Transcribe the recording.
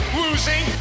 losing